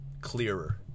clearer